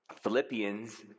Philippians